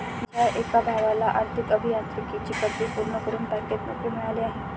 माझ्या एका भावाला आर्थिक अभियांत्रिकीची पदवी पूर्ण करून बँकेत नोकरी मिळाली आहे